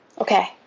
Okay